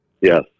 Yes